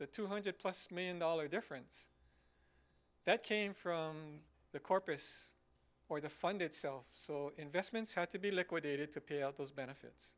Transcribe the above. the two hundred plus million dollars difference that came from the corpus or the fund itself investments had to be liquidated to pay out those benefits